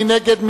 מי נגד?